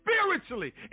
spiritually